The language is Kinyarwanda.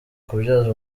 kubyaza